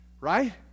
Right